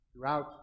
throughout